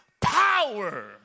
power